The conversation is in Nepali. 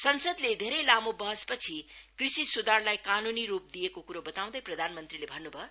संसदले धेरै लामो बहसपछि कृषि स्धारलाई कान्नी रूप दिएको कुरो बताउँदै प्रधानमंत्रीले भन्नुभयो